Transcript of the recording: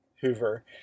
Hoover